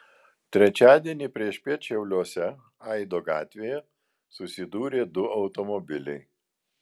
trečiadienį priešpiet šiauliuose aido gatvėje susidūrė du automobiliai